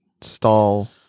stall